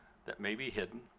that may be hidden,